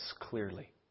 clearly